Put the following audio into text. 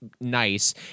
nice